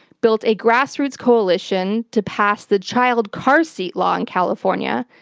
built a grassroots coalition to pass the child car seat law in california.